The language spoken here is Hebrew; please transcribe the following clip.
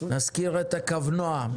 נזכיר את הקו-נוע,